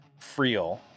Friel